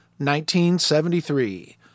1973